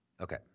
Okay